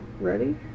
ready